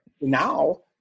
Now